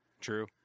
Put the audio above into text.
True